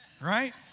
right